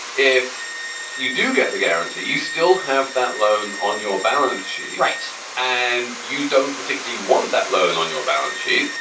if you do get the guarantee, you still have that loan on your balance sheet. right. and you don't particularly want that loan on your balance sheet.